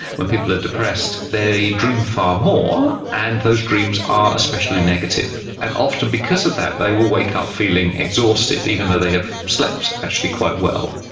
when people are depressed they dream far more, and those dreams are especially negative. and often because of that but they will wake up feeling exhausted even though they have slept actually quite well.